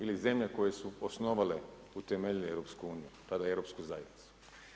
Ili zemlje koje su osnovale, utemeljile EU, tada Europsku zajednicu.